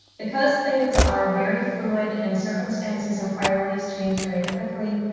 because things are very fluid and circumstances and priorities change very quickly,